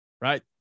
right